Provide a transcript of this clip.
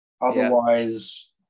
Otherwise